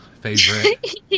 Favorite